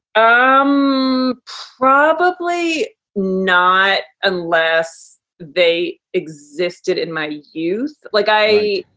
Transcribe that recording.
um probably not, unless they existed in my youth. like i.